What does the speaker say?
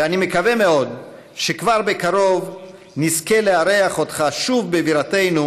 ואני מקווה מאוד שכבר בקרוב נזכה לארח אותך שוב בבירתנו,